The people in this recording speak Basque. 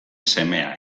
semea